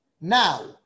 now